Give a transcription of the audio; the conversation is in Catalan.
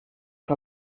que